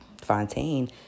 Fontaine